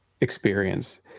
experience